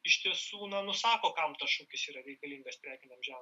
iš tiesų na nusako kam tas šokis yra reikalingas prekiniam ženklui